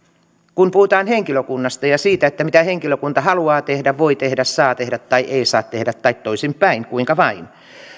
kun puhutaan henkilökunnasta ja siitä mitä henkilökunta haluaa tehdä voi tehdä saa tehdä tai ei saa tehdä tai toisinpäin kuinka vain